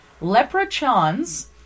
leprechauns